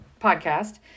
podcast